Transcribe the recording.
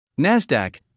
Nasdaq